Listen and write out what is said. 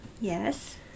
Yes